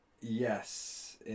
Yes